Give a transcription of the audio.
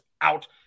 out